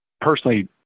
Personally